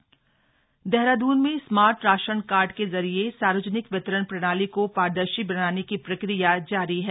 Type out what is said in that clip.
smart ration card Dehradun में smart ration card के जरिए सार्वजनिक वितरण प्रणाली को शरदर्शी बनाने की प्रक्रिया जारी है